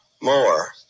more